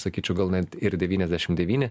sakyčiau gal net ir devyniasdešim devyni